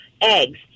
eggs